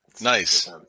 nice